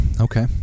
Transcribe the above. Okay